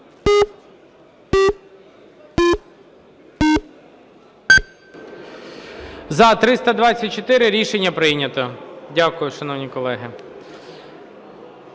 За-324 Рішення прийнято. Дякую, шановні колеги.